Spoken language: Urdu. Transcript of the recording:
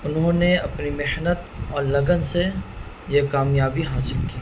انہوں نے اپنی محنت اور لگن سے یہ کامیابی حاصل کی